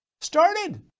started